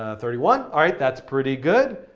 ah thirty one, alright, that's pretty good.